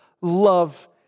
love